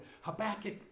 Habakkuk